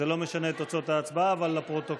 זה לא משנה את תוצאות ההצבעה, אבל זה לפרוטוקול.